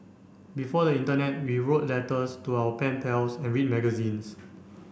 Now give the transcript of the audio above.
before the internet we wrote letters to our pen pals and read magazines